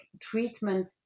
treatment